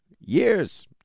Years